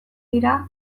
dira